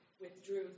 withdrew